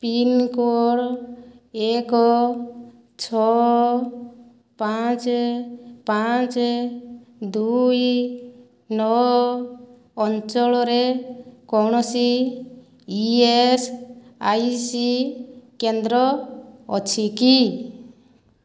pincode ଏକ ଛଅ ପାଞ୍ଚ ପାଞ୍ଚ ଦୁଇ ନଅ ଅଞ୍ଚଳରେ କୌଣସି ଇ ଏସ୍ ଆଇ ସି କେନ୍ଦ୍ର ଅଛି କି